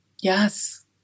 Yes